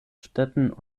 städten